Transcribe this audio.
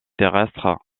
terrestres